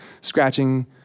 scratching